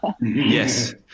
Yes